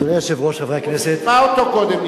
רבותי,